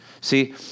See